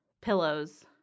pillows